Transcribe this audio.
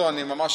אני ממש